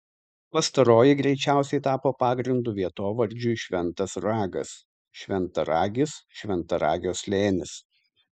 pastaroji greičiausiai tapo pagrindu vietovardžiui šventas ragas šventaragis šventaragio slėnis